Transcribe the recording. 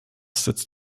setzt